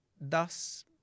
Thus